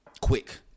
quick